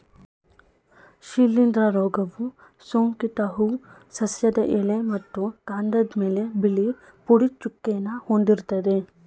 ಶಿಲೀಂಧ್ರ ರೋಗವು ಸೋಂಕಿತ ಹೂ ಸಸ್ಯದ ಎಲೆ ಮತ್ತು ಕಾಂಡದ್ಮೇಲೆ ಬಿಳಿ ಪುಡಿ ಚುಕ್ಕೆನ ಹೊಂದಿರ್ತದೆ